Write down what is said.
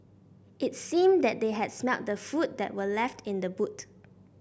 it seemed that they had smelt the food that were left in the boot